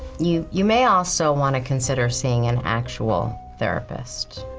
you you may also want to consider seeing an actual therapist.